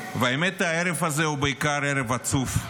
והאמת, הערב הזה הוא בעיקר ערב עצוב.